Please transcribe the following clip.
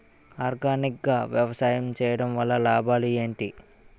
Organic గా వ్యవసాయం చేయడం వల్ల లాభాలు ఏంటి?